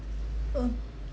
uh